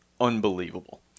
unbelievable